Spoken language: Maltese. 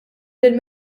lill